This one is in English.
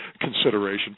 consideration